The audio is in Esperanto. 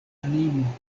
animo